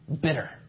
bitter